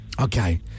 Okay